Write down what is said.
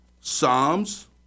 Psalms